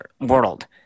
world